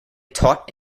taught